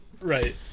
right